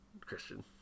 Christian